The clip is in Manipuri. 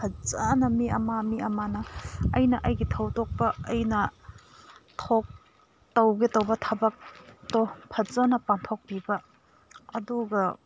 ꯐꯖꯅ ꯃꯤ ꯑꯃ ꯃꯤ ꯑꯃꯅ ꯑꯩꯅ ꯑꯩꯒꯤ ꯊꯧꯗꯣꯛꯄ ꯑꯩꯅ ꯊꯣꯛ ꯇꯧꯒꯦ ꯇꯧꯕ ꯊꯕꯛꯇꯣ ꯐꯖꯅ ꯄꯥꯡꯊꯣꯛꯄꯤꯕ ꯑꯗꯨꯒ